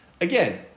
Again